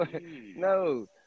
no